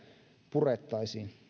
purettaisiin